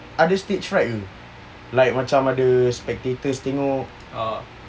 ada stage fright ke like macam ada spectators tengok